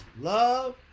love